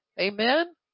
Amen